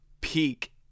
peak